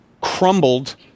crumbled